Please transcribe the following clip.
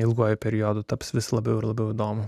ilguoju periodu taps vis labiau ir labiau įdomu